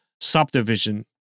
subdivision